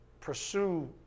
pursue